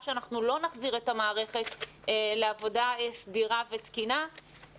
שאנחנו לא נחזיר את המערכת לעבודה סדירה ותקינה,